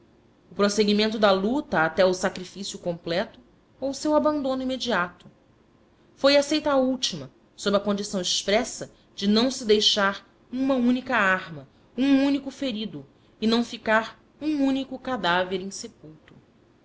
prosseguimento da luta até o sacrifício completo ou o seu abandono imediato foi aceita a última sob a condição expressa de não se deixar uma única arma um único ferido e não ficar um único cadáver insepulto